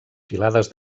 filades